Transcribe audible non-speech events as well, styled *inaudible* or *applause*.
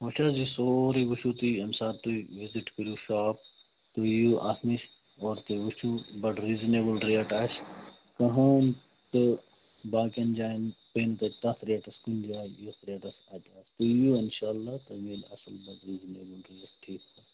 وٕچھ حظ یہِ سورُے وٕچھِو تُہۍ ییٚمہِ ساتہٕ تُہۍ وِزِٹ کٔرِو شاپ تُہۍ یِیِو اَتھ نِش وَلہٕ تُہۍ وٕچھِو بَڑٕ ریٖزنیبل ریٹ آسہِ کٕہۭنۍ تہٕ باقین جاین پیٚیہِ نہٕ تَتھ ریٹَس کُنہ جایہ یتھ ریٹَس تُہۍ یِیِو انشاء اللہ *unintelligible*